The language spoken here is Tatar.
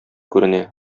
күренә